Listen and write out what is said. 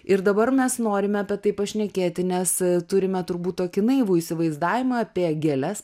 ir dabar mes norime apie tai pašnekėti nes turime turbūt tokį naivų įsivaizdavimą apie gėles